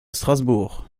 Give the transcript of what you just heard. strasbourg